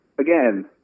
again